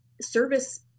service